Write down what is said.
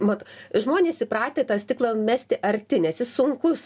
mat žmonės įpratę tą stiklą mesti arti nes jis sunkus